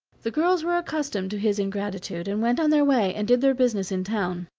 the girls were accustomed to his ingratitude, and went on their way and did their business in town.